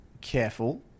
careful